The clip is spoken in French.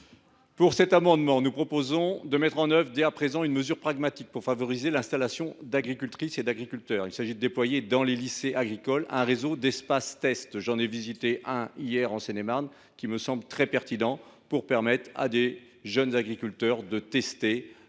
de cet amendement, nous proposons de mettre en œuvre, dès à présent, une mesure pragmatique pour favoriser l’installation d’agricultrices et d’agriculteurs. Il s’agit de déployer, au sein des lycées agricoles, un réseau d’espaces de test. J’en ai visité un, hier, en Seine et Marne, qui m’a semblé très pertinent. Il permet à de jeunes agriculteurs de tester